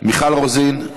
מיכל רוזין,